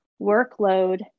workload